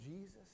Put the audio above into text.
Jesus